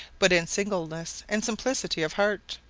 but in singleness and simplicity of heart.